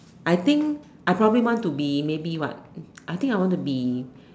I think I probably want to be I think I want to be